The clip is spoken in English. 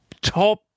top